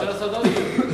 אפשר לעשות עוד דיון.